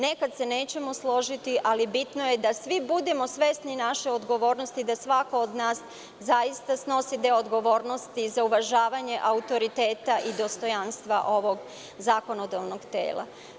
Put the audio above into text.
Nekada se nećemo složiti, ali bitno je da svi budemo svesni naše odgovornosti, da svako od nas zaista snosi deo odgovornosti za uvažavanje autoriteta i dostojanstva ovog zakonodavnog tela.